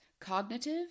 cognitive